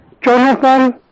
Jonathan